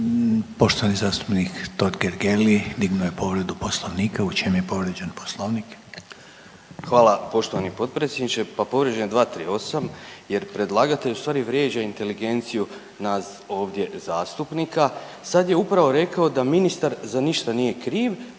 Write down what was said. Poštovani zastupnik Totgergeli dignuo je povredu Poslovnika, u čem je povrijeđen Poslovnik? **Totgergeli, Miro (HDZ)** Hvala poštovani potpredsjedniče. Pa povrijeđen je 238. jer predlagatelj u stvari vrijeđa inteligenciju nas ovdje zastupnika. Sad je upravo rekao da ministar za ništa nije kriv,